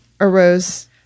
arose